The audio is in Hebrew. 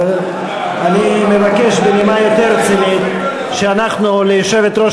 אבל אני מבקש בנימה יותר רצינית שאנחנו ליושבת-ראש